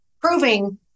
proving